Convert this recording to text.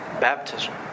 Baptism